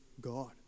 God